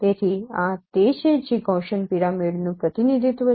તેથી આ તે છે જે ગૌસીયન પિરામિડનું પ્રતિનિધિત્વ છે